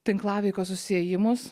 tinklaveikos susiėjimus